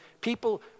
people